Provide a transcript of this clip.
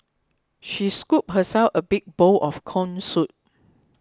she scooped herself a big bowl of Corn Soup